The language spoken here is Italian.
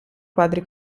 quadri